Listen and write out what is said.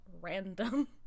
random